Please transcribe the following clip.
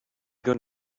going